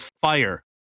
fire